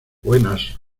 buenas